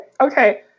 Okay